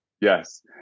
Yes